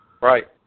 Right